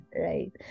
right